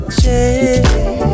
change